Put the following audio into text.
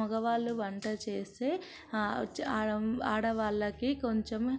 మగవాళ్ళు వంట చేస్తే ఆడవాళ్లకు కొంచెం